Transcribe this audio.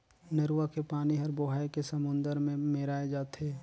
नरूवा के पानी हर बोहाए के समुन्दर मे मेराय जाथे